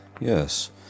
Yes